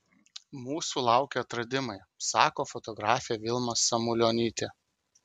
mūsų laukia atradimai sako fotografė vilma samulionytė